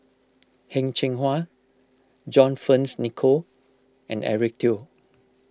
Heng Cheng Hwa John Fearns Nicoll and Eric Teo